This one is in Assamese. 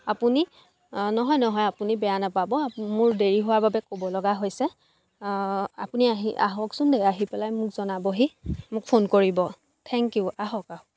আপুনি নহয় নহয় আপুনি বেয়া নাপাব আপ মোৰ দেৰি হোৱাৰ বাবে ক'ব লগা হৈছে আপুনি আহি আহকচোন দেই আহি পেলাই মোক জনাবহি মোক ফোন কৰিব থেংক ইউ আহক আহক